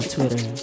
Twitter